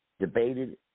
debated